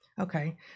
Okay